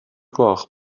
gloch